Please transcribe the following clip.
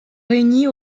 réunit